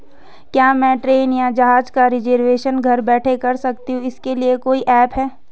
क्या मैं ट्रेन या जहाज़ का रिजर्वेशन घर बैठे कर सकती हूँ इसके लिए कोई ऐप है?